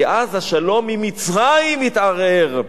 כי אז השלום עם מצרים יתערער.